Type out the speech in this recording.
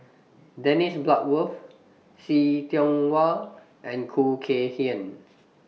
Dennis Bloodworth See Tiong Wah and Khoo Kay Hian